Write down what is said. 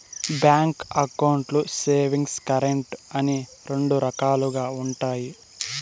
bank అకౌంట్లు savings, current అని రెండు రకాలుగా ఉంటాయి